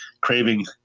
craving